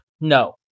No